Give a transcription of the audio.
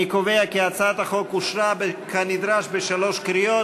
אני קובע כי הצעת החוק אושרה כנדרש בשלוש קריאות.